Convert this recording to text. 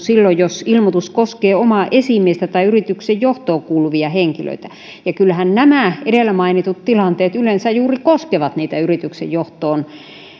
silloin jos ilmoitus koskee omaa esimiestä tai yrityksen johtoon kuuluvia henkilöitä ja kyllähän nämä edellä mainitut tilanteet yleensä juuri koskevat niitä yrityksen johtoon